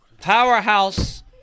Powerhouse